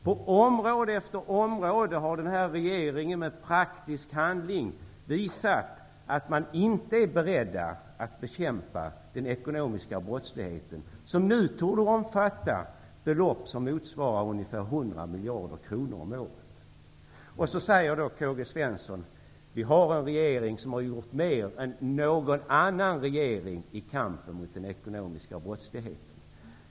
På område efter område har den här regeringen med praktisk handling visat att man inte är beredd att bekämpa den ekonomiska brottsligheten, som nu torde omfatta belopp som motsvarar ungefär 100 miljarder kronor om året. Då säger K-G Svenson: Vi har en regering som har gjort mer än någon annan regering i kampen mot den ekonomiska brottsligheten.